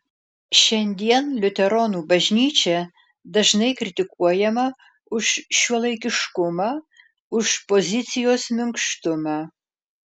šiandien liuteronų bažnyčia dažnai kritikuojama už šiuolaikiškumą už pozicijos minkštumą